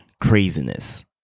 craziness